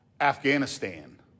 Afghanistan